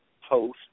host